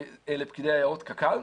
אלה פקידי יערות קק"ל.